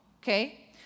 Okay